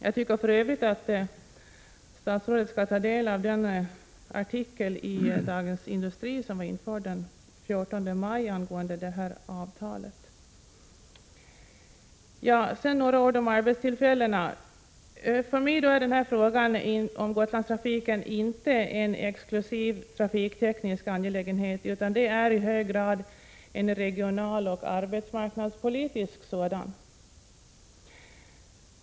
Jag tycker för övrigt att statsrådet skall ta del av den artikel som var införd i Dagens Industri den 14 maj angående det här avtalet. Så några ord om arbetstillfällena. För mig är frågan om Gotlandstrafiken inte en exklusiv trafikteknisk angelägenhet utan i hög grad en regionaloch arbetsmarknadspolitisk angelägenhet.